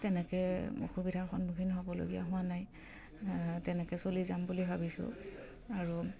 তেনেকে অসুবিধাৰ সন্মুখীন হ'বলগীয়া হোৱা নাই তেনেকে চলি যাম বুলি ভাবিছোঁ আৰু